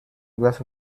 glass